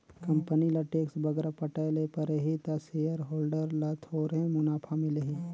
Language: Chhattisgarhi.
कंपनी ल टेक्स बगरा पटाए ले परही ता सेयर होल्डर ल थोरहें मुनाफा मिलही